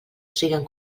siguen